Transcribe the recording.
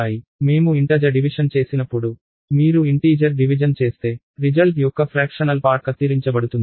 మేము పూర్ణాంక విభజన చేసినప్పుడు మీరు ఇంటీజర్ డివిజన్ చేస్తే రిజల్ట్ యొక్క పాక్షిక భాగం కత్తిరించబడుతుంది